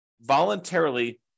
voluntarily